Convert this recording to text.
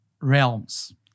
realms